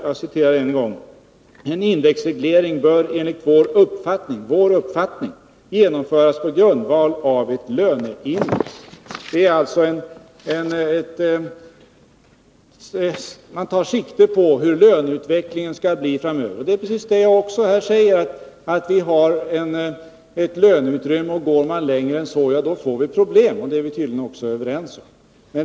Jag citerar än en gång: ”En indexreglering bör enligt vår uppfattning genomföras på grundval av ett löneindex.” Man tar alltså sikte på hur löneutvecklingen skall bli framöver. Det är också precis vad jag här säger: Vi har ett löneutrymme, och går man längre än det utrymmet tillåter får man problem. Det är vi tydligen också överens om.